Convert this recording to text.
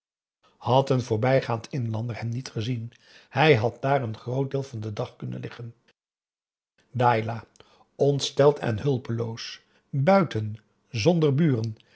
had een voorbijgaand inlander hem niet gezien hij had daar een groot deel van den dag kunnen liggen ailah ontsteld en hulpeloos buiten zonder buren